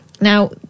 Now